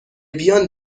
بیان